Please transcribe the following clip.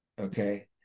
Okay